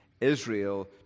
Israel